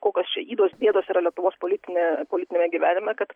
kokios čia ydos bėdos yra lietuvos politine politiniame gyvenime kad